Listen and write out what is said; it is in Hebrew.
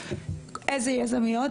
איזה יזמיות,